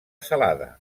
salada